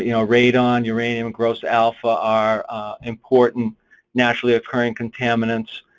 you know radon, uranium, gross alpha are important naturally occurring contaminants.